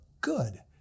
good